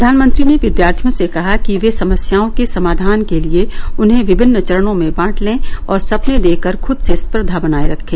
प्रधानमंत्री ने विद्यार्थियों से कहा कि वे समस्याओं के समाधान के लिए उन्हें विभिन्न चरणों में बांट लें और सपने देखकर खुद से स्पर्वा बनाए रखें